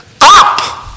up